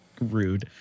Rude